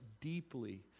deeply